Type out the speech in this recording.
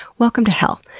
welcome to hell.